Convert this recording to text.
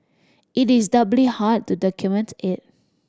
it is doubly hard to document it